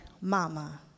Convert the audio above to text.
mama